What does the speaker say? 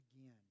again